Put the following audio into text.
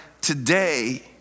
today